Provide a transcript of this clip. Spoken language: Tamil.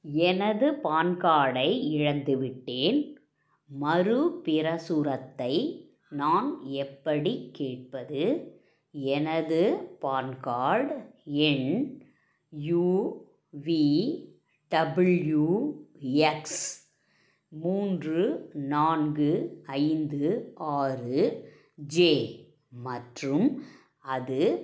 எனது பான் கார்டை இழந்துவிட்டேன் மறு பிரசுரத்தை நான் எப்படி கேட்பது எனது பான் கார்டு எண் யு வி டபிள்யூ எக்ஸ் மூன்று நான்கு ஐந்து ஆறு ஜே மற்றும் அது